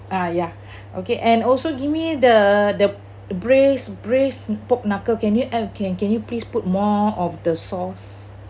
uh ya okay and also give me the the braised braised pork knuckle can you add can can you please put more of the sauce